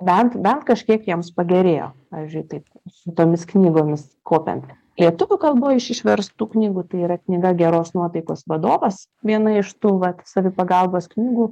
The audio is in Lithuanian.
bent bent kažkiek jiems pagerėjo pavyzdžiui taip su tomis knygomis kopiant lietuvių kalboj iš išverstų knygų tai yra knyga geros nuotaikos vadovas viena iš tų vat savipagalbos knygų